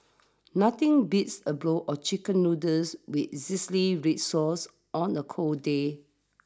nothing beats a blow of Chicken Noodles with red sauce on a cold day